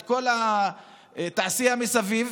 את כל התעשייה מסביב.